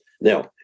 Now